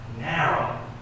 narrow